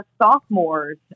sophomores